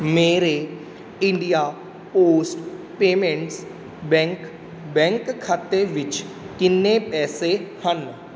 ਮੇਰੇ India post payments bank bank ਖਾਤੇ ਵਿੱਚ ਕਿੰਨੇ ਪੈਸੇ ਹਨ